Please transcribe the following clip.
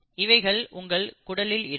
இவைகள் உங்கள் குடலில் இருக்கும்